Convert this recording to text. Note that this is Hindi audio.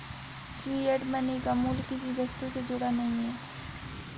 फिएट मनी का मूल्य किसी वस्तु से जुड़ा नहीं है